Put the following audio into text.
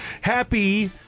Happy